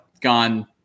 gone